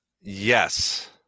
Yes